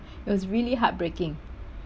it was really heartbreaking